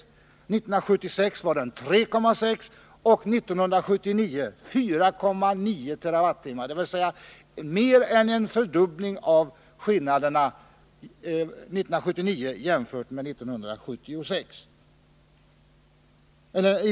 1976 var skillnaden 3,6, och 1979 var den 4,9 TWh — dvs. i det närmaste en fördubbling av skillnaden 1979 jämfört med 1973.